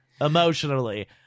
emotionally